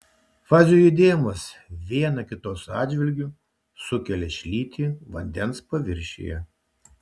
fazių judėjimas viena kitos atžvilgiu sukelia šlytį vandens paviršiuje